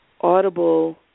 audible